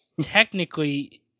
technically